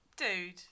Dude